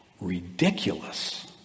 Ridiculous